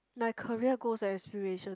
my career goals aspiration